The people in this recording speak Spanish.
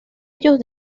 ellos